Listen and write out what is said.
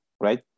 right